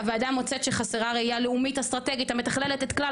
הוועדה מוצאת שחסרה ראייה לאומית אסטרטגית המתכללת את כלל